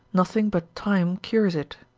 nothing but time cures it.